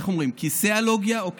איך אומרים, כיסֵּאולוגיה או כיסִיאלוגיה?